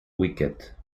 wicket